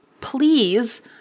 please